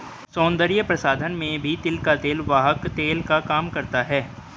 सौन्दर्य प्रसाधन में भी तिल का तेल वाहक तेल का काम करता है